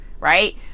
right